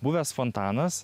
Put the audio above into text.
buvęs fontanas